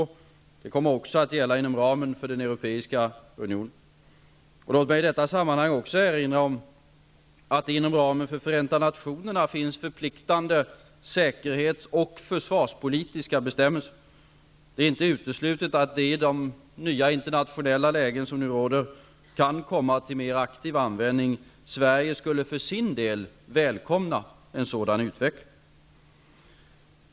Detta kommer också att gälla inom ramen för Låt mig i detta sammanhang också erinra om att det inom ramen för Förenta nationerna finns förpliktande säkerhets och försvarspolitiska bestämmelser. Det är inte uteslutet att de i de nya internationella lägen som nu råder kan komma till mer aktiv användning. Sverige skulle för sin del välkomna en sådan utveckling.